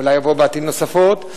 אולי בעתיד יבואו נוספות,